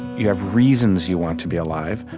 you have reasons you want to be alive.